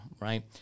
right